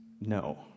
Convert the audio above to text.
no